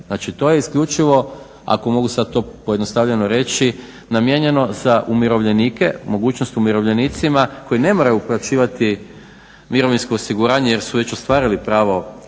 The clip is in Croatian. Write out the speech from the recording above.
Znači to je isključivo, ako mogu sad to pojednostavljeno reći, namijenjeno za umirovljenike, mogućnost umirovljenicima koji ne moraju uplaćivati mirovinsko osiguranje jer su već ostvarili pravo